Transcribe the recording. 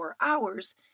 hours